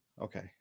Okay